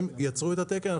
הם יצרו את התקן,